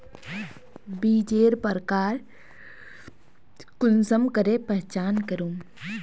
बीजेर प्रकार कुंसम करे पहचान करूम?